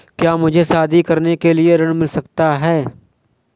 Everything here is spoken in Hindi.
क्या मुझे शादी करने के लिए ऋण मिल सकता है?